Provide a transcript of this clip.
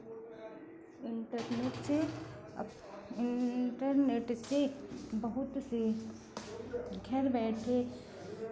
internet से अब internet से बहुत से घर बैठे